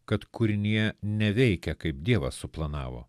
kad kūrinija neveikia kaip dievas suplanavo